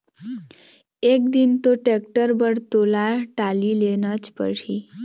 एक दिन तो टेक्टर बर तोला टाली लेनच परही